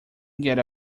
get